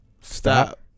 stop